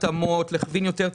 התאמות, להגדיל יותר את